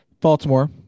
Baltimore